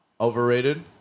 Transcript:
Overrated